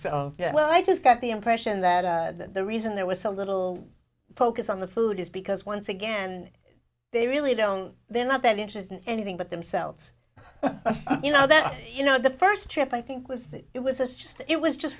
right well i just got the impression that the reason there was a little focus on the food is because once again they really don't they're not that interested in anything but themselves you know that you know the first trip i think was that it was us just it was just